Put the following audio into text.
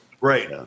Right